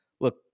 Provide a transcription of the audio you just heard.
look